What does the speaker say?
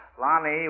Lonnie